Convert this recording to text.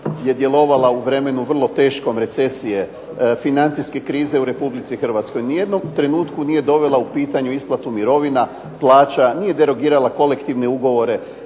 je djelovala u vremenu vrlo teškom recesije, financijske krize u Republici Hrvatskoj, ni u jednom trenutku nije dovela u pitanje isplatu mirovina, plaća, nije derogirala kolektivne ugovore,